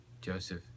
Joseph